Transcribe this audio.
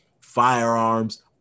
firearms